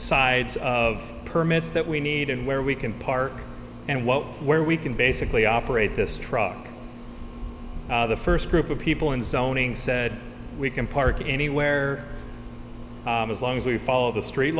sides of permits that we need and where we can park and what where we can basically operate this truck the first group of people and zoning said we can park anywhere as long as we follow the street